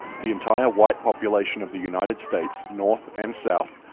the entire white population of the united states, north and south,